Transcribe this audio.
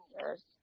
years